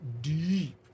deep